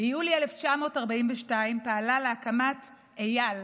ביולי 1942 פעלה להקמת אי"ל,